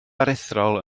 aruthrol